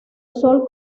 sol